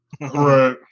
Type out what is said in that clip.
Right